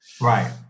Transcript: Right